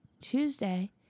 Tuesday